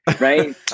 right